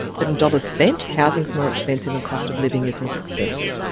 but in dollars spent, housing's more expensive and cost of living is more expensive.